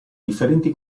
differenti